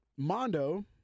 Mondo